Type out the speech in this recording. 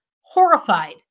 horrified